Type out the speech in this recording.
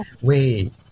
wait